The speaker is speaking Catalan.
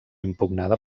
impugnada